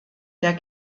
der